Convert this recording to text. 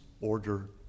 order